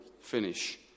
finish